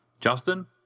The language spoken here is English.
Justin